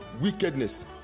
wickedness